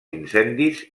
incendis